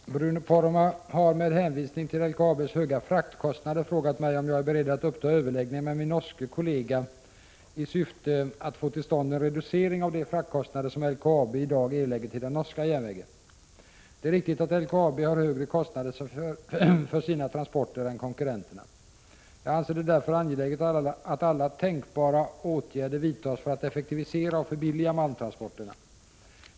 Herr talman! Bruno Poromaa har, med hänvisning till LKAB:s höga fraktkostnader, frågat mig om jag är beredd att uppta överläggningar med min norske kollega i syfte att få till stånd en reducering av de fraktkostnader som LKAB i dag erlägger till den norska järnvägen. Det är riktigt att LKAB har högre kostnader för sina transporter än konkurrenterna. Jag anser det därför angeläget att alla tänkbara åtgärder vidtas för att effektivisera och förbilliga malmtransporterna.